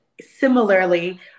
similarly